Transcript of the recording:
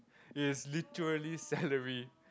it's literally salary